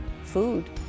food